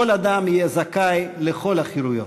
כל אדם יהיה זכאי לכל החירויות.